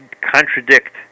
contradict